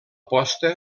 posta